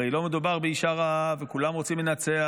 הרי לא מדובר באישה רעה וכולם רוצים לנצח,